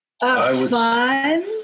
fun